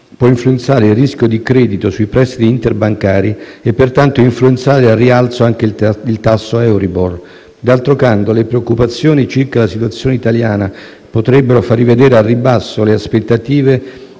può influenzare il rischio di credito sui prestiti interbancari e pertanto influenzare al rialzo anche il tasso Euribor. D'altro canto, le preoccupazioni circa la situazione italiana potrebbero far rivedere al ribasso le aspettative